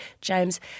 James